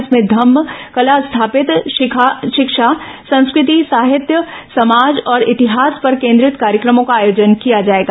इनमें धम्म कला स्थापित शिक्षा संस्कृति साहित्य समाज और इतिहास पर केंद्रित कार्यक्रमों का आयोजन किया जाएगा